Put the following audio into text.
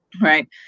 right